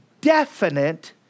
definite